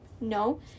No